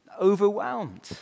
overwhelmed